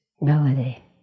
melody